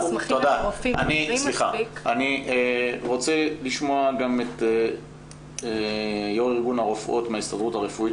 אני רוצה לשמוע גם את יו"ר ארגון הרופאות מההסתדרות הרפואית,